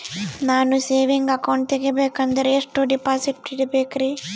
ನಾನು saving account ತೆಗಿಬೇಕಂದರ ಎಷ್ಟು ಡಿಪಾಸಿಟ್ ಇಡಬೇಕ್ರಿ?